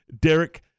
Derek